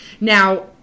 Now